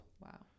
Wow